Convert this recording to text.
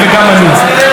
וגם אני.